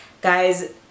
guys